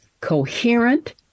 coherent